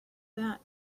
that